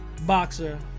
boxer